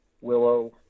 willow